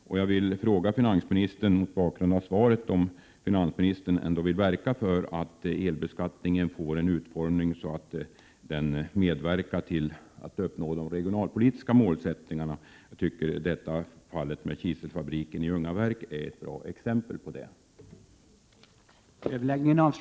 Mot bakgrund av svaret vill jag fråga om finansministern ändå vill verka för att elbeskattningen får en sådan utformning att den medverkar till att man kan uppnå de regionalpolitiska målsättningarna. Jag tycker att fallet med kiselfabriken i Ljungaverk är ett bra exempel på att detta behövs.